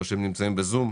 או שהם נמצאים בזום.